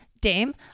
Dame